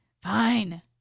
fine